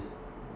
s~